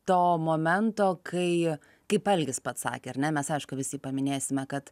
to momento kai kaip algis pats sakė ar ne mes aišku visi paminėsime kad